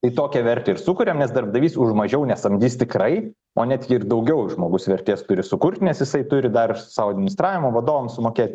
į tokią vertę ir sukuriam nes darbdavys už mažiau nesamdys tikrai o net jei ir daugiau žmogus vertės turi sukurt nes jisai turi dar sau administravimo vadovams sumokėt